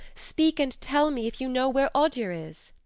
speak and tell me if you know where odur is.